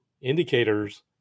indicators